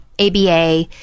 ABA